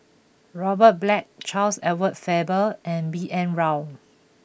Robert Black Charles Edward Faber and B N Rao